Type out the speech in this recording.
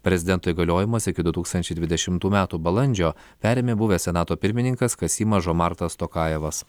prezidento įgaliojimus iki du tūkstančiai dvidešimtų metų balandžio perėmė buvęs senato pirmininkas kasymas žomartas tokajevas